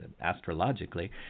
astrologically